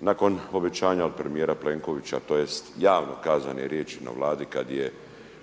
nakon obećanja od premijera Plenkovića tj. javno kazane riječi na Vladi kada je